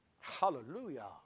Hallelujah